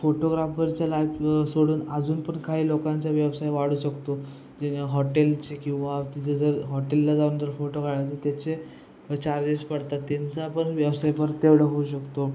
फोटोग्राफरच्या life सोडून अजून पण काही लोकांचा व्यवसाय वाढू शकतो जे हॉटेलचे किंवा तिथे जर हॉटेलला जाऊन जर फोटो काढायचं त्याचे चार्जेस पडतात त्यांचा पण व्यवसाय परत तेवढं होऊ शकतो